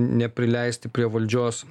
neprileisti prie valdžios